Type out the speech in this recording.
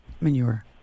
manure